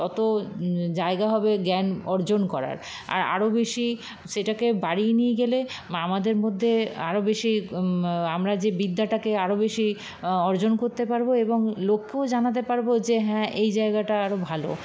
তত জায়গা হবে জ্ঞান অর্জন করার আর আরো বেশী সেটাকে বাড়িয়ে নিয়ে গেলে আমাদের মধ্যে আরো বেশী আমরা যে বিদ্যাটাকে আরো বেশী অর্জন করতে পারব এবং লোককেও জানাতে পারব যে হ্যাঁ এই জায়গাটা আরো ভালো